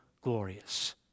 glorious